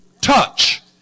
Touch